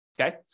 okay